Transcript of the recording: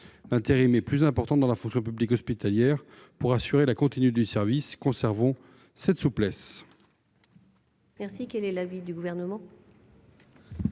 L'intérim est plus important dans la fonction publique hospitalière, pour assurer la continuité du service. Conservons cette souplesse